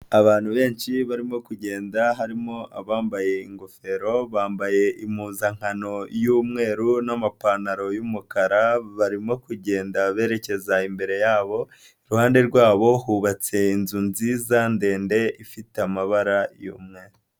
Abantu benshi barimo kugenda harimo abambaye ingofero, bambaye impuzankano y'umweru n'amapantaro y'umukara, barimo kugenda berekeza imbere yabo iruhande rwabo hubatse inzu nziza ndende ifite amabara y'umweru.